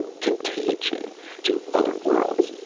contagion to other worlds.